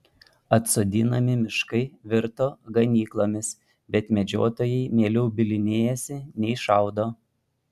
atsodinami miškai virto ganyklomis bet medžiotojai mieliau bylinėjasi nei šaudo